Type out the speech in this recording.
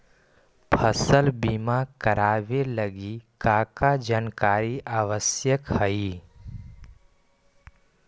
फसल बीमा करावे लगी का का जानकारी आवश्यक हइ?